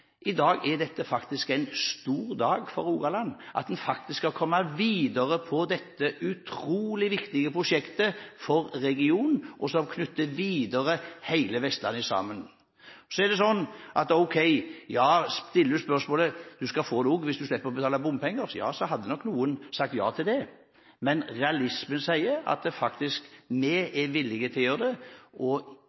I dag er dette faktisk en stor dag for Rogaland. En skal komme videre med dette utrolig viktige prosjektet for regionen, som er starten på å knytte hele Vestlandet sammen. Ok, så er det sånn at hvis du stiller spørsmålet slik at en skal få det også hvis en slipper å betale bompenger, så hadde nok noen sagt ja til det. Men realismen sier at vi faktisk er villige til å gjøre det. At en nå tar forhåndsinnkreving, slik at arbeidene og